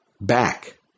back